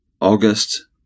August